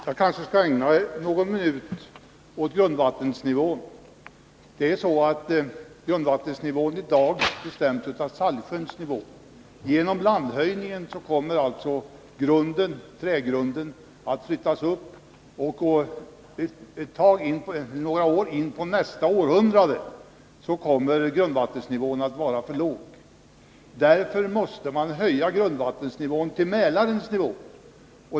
Herr talman! Jag skulle kanske ägna någon minut åt frågan om grundvattennivån. Grundvattennivån bestäms i dag av Saltsjöns nivå. Genom landhöjningen kommer trägrunden att flyttas upp, och några år in på nästa århundrade kommer grundvattennivån att vara för låg. Därför måste man höja den till Mälarens nivå.